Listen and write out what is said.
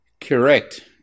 Correct